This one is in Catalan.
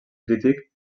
crític